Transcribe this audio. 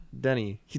denny